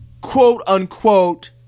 quote-unquote